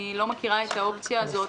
אני לא מכירה את האופציה הזאת,